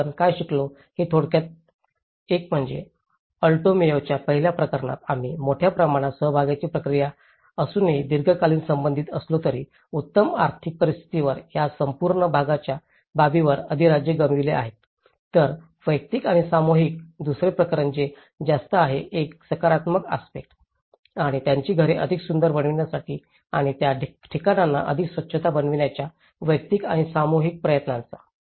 तर आपण काय शिकलो ते थोडक्यात एक म्हणजे आल्टो मेयोच्या पहिल्या प्रकरणात आम्ही मोठ्या प्रमाणात सहभागाची प्रक्रिया असूनही दीर्घकाळ संबंधित असलो तरी उत्तम आर्थिक स्थितीवर या संपूर्ण सहभागाच्या बाबीवर अधिराज्य गाजवले आहे तर वैयक्तिक आणि सामूहिक दुसरे प्रकरण जे जास्त आहे एक सकारात्मक आस्पेक्ट आणि त्यांची घरे अधिक सुंदर बनविण्यासाठी आणि त्या ठिकाणांना अधिक स्वच्छता बनविण्याच्या वैयक्तिक आणि सामूहिक प्रयत्नांचा